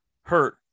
hurt